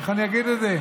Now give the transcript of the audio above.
איך אני אגיד את זה?